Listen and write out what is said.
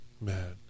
man